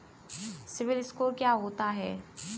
CIBIL score क्या होता है?